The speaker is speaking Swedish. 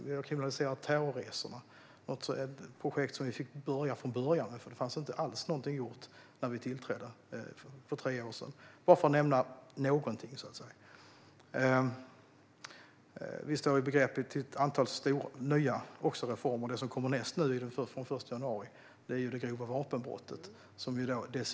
Vi har kriminaliserat terrorresor - ett projekt där vi fick börja från början då det inte fanns något gjort alls när vi tillträdde för tre år sedan. Vi står i begrepp att göra ett antal nya stora reformer. Det som kommer härnäst, från den 1 januari, är grovt vapenbrott.